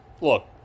look